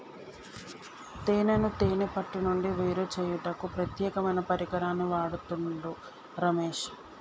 తేనెను తేనే పట్టు నుండి వేరుచేయుటకు ప్రత్యేకమైన పరికరాన్ని వాడుతుండు రమేష్